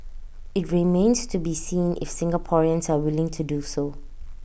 IT remains to be seen if Singaporeans are willing to do so